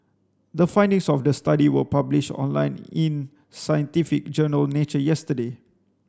the findings of the study were published online in scientific journal Nature yesterday